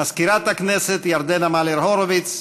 מזכירת הכנסת ירדנה מלר-הורוביץ,